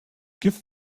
give